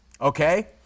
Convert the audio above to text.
Okay